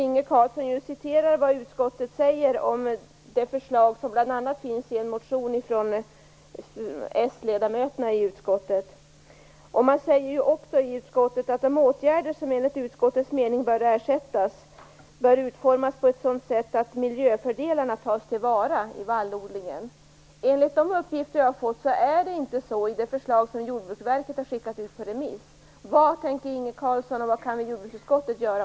Inge Carlsson citerar vad utskottet säger om det förslag som bl.a. finns i en motion från s-ledamöterna i utskottet. Man säger också att de åtgärder som enligt utskottets mening bör ersätta de gamla bör utformas på ett sådant sätt att miljöfördelarna tas till vara i vallodlingen. Enligt de uppgifter jag har fått är det inte så i det förslag som Jordbruksverket har skickat ut på remiss. Vad tänker Inge Carlsson göra, och vad kan jordbruksutskottet göra?